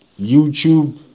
youtube